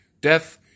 Death